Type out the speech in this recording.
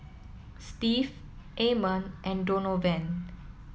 Steve Amon and Donovan